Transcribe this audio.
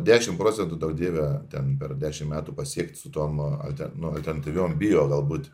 dešimt procentų duok dieve ten per dešimt metų pasiekti su tom alte nu alternatyviom bio galbūt